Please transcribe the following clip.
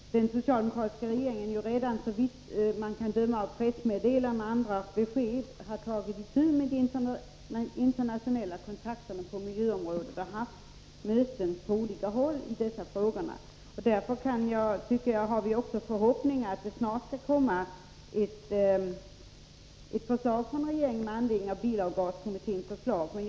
Herr talman! Jag vill bara konstatera att den socialdemokratiska regeringen redan, såvitt man kan döma av pressmeddelanden och andra besked, har tagit itu med de internationella kontakterna på miljöområdet och haft möten på olika håll i dessa frågor. Därför kan vi också ha förhoppningar om att regeringen snart skall lägga fram ett förslag med anledning av bilavgaskommitténs betänkande.